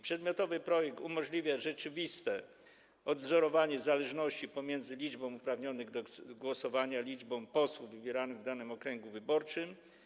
Przedmiotowy projekt umożliwia rzeczywiste odwzorowanie zależności pomiędzy liczbą uprawnionych do głosowania a liczbą posłów wybieranych w danym okręgu wyborczym.